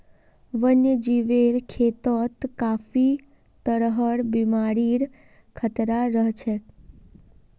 वन्यजीवेर खेतत काफी तरहर बीमारिर खतरा रह छेक